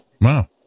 Wow